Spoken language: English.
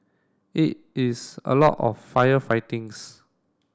it is a lot of firefightings